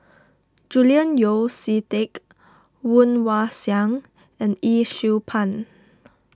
Julian Yeo See Teck Woon Wah Siang and Yee Siew Pun